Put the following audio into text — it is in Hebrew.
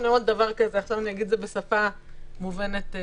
אגיד את זה בשפה מובנת.